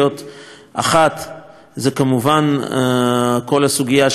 ואחת היא כמובן כל הסוגיה של זיהום אוויר.